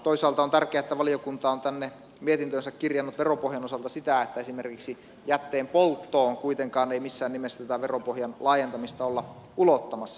toisaalta on tärkeää että valiokunta on tänne mietintöönsä kirjannut veropohjan osalta että esimerkiksi jätteenpolttoon kuitenkaan ei missään nimessä tätä veropohjan laajentamista olla ulottamassa